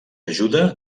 ajuda